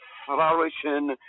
flourishing